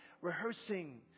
Rehearsing